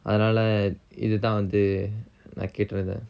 அதனால இது தான் வந்து நா கேட்டிருந்தன்:athanala ithu than vanthu na kettirunthan